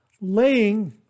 laying